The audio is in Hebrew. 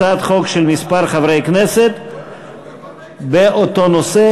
הצעת חוק של כמה חברי כנסת באותו נושא,